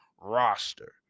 roster